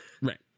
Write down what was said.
Right